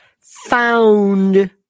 found